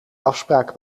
afspraak